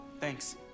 Thanks